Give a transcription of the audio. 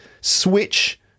switch